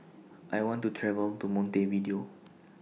I want to travel to Montevideo